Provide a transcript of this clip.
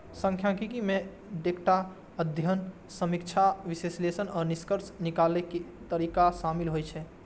सांख्यिकी मे डेटाक अध्ययन, समीक्षा, विश्लेषण आ निष्कर्ष निकालै के तरीका शामिल होइ छै